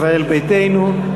ישראל ביתנו,